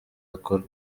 akora